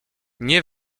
nie